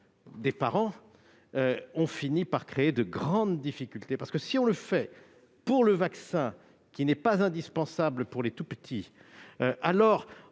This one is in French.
ce principe, on finit par créer de grandes difficultés. Si on le fait pour le vaccin, qui n'est pas indispensable pour les tout-petits, alors,